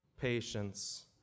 patience